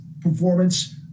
performance